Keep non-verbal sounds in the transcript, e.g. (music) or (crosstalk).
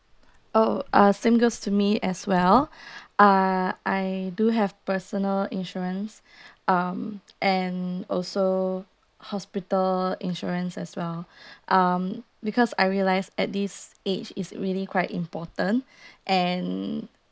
oh uh same goes to me as well (breath) uh I do have personal insurance um and also hospital insurance as well (breath) um because I realised at this age is really quite important (breath) and